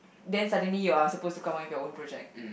then suddenly you are supposed to come up with your own project